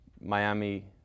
Miami